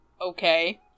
okay